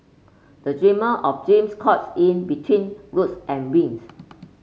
a dreamer of dreams caught in between roots and wings